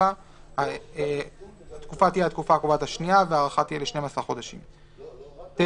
התקופה הקובעת השנייה 12 חודשים (9)